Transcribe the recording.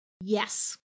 Yes